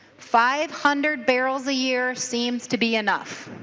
five hundred barrels a year seems to be enough.